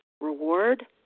reward